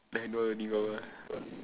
like